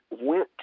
went